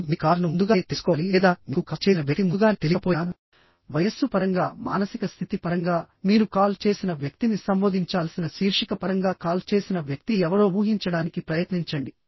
మీరు మీ కాలర్ను ముందుగానే తెలుసుకోవాలి లేదా మీకు కాల్ చేసిన వ్యక్తి ముందుగానే తెలియకపోయినావయస్సు పరంగా మానసిక స్థితి పరంగా మీరు కాల్ చేసిన వ్యక్తిని సంబోధించాల్సిన శీర్షిక పరంగా కాల్ చేసిన వ్యక్తి ఎవరో ఊహించడానికి ప్రయత్నించండి